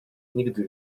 nigdy